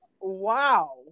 Wow